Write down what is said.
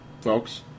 folks